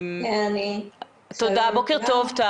בוקר טוב.